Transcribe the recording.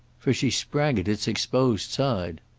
for she sprang at its exposed side.